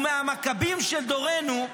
הוא מהמכבים של דורנו,